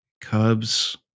Cubs